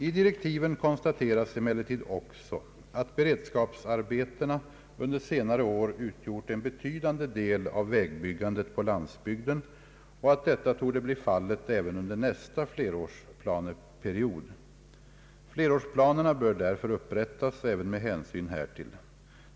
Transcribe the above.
I direktiven konstateras emellertid också att beredskapsarbetena under senare år utgjort en betydande del av vägbyggandet på landsbygden och att detta torde bli fallet även under nästa flerårsplaneperiod. Flerårsplanerna bör därför upprättas även med hänsyn härtill.